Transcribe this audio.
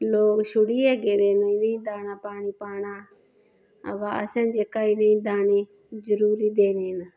लोग छोड़ी गेदे इ'नेंगी दाना पानी पाना अबा असें जेह्का इ'नेंगी दाना पानी जरुरी देना